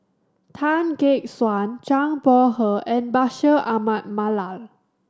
Tan Gek Suan Zhang Bohe and Bashir Ahmad Mallal